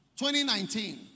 2019